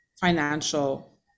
financial